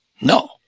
No